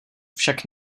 však